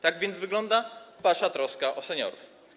Tak więc wygląda wasza troska o seniorów.